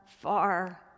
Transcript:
far